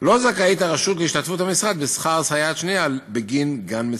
לא זכאית הרשות להשתתפות המשרד בשכר סייעת שנייה בגין גן "מצילה".